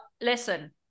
Listen